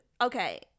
Okay